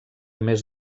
més